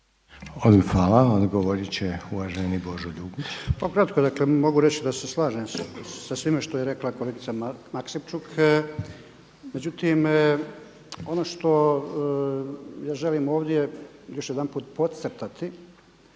Odgovorit će uvaženi Božo Ljubić.